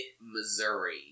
Missouri